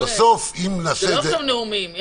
זה לא עכשיו נאומים.